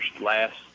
last